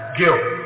guilt